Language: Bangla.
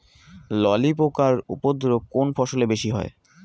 ললি পোকার উপদ্রব কোন ফসলে বেশি হয়?